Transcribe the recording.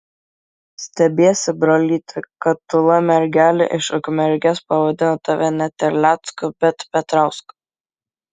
stebiesi brolyti kad tūla mergelė iš ukmergės pavadino tave ne terlecku bet petrausku